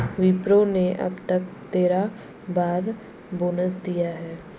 विप्रो ने अब तक तेरह बार बोनस दिया है